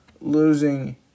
losing